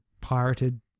pirated